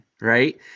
right